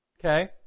Okay